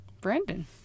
Brandon